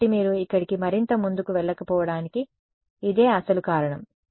కాబట్టి మీరు ఇక్కడికి మరింత ముందుకు వెళ్లకపోవడానికి ఇదే అసలు కారణం